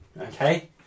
okay